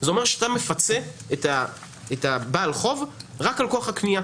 זה אומר שאתה מפצה את בעל החוב רק על כוח הקנייה